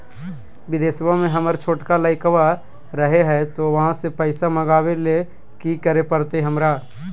बिदेशवा में हमर छोटका लडकवा रहे हय तो वहाँ से पैसा मगाबे ले कि करे परते हमरा?